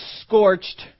scorched